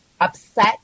upset